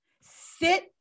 sit